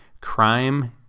crime